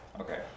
Okay